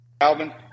Alvin